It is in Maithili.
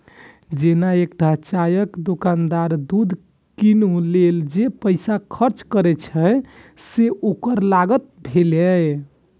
जेना एकटा चायक दोकानदार दूध कीनै लेल जे पैसा खर्च करै छै, से ओकर लागत भेलै